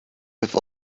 have